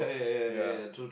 yeah